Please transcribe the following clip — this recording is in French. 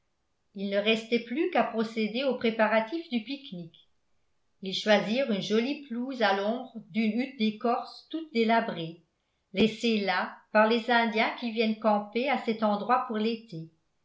il ne restait plus qu'à procéder aux préparatifs du pique-nique ils choisirent une jolie pelouse à l'ombre d'une hutte d'écorce toute délabrée laissée là par les indiens qui viennent camper à cet endroit pour l'été